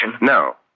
No